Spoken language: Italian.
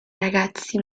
ragazzi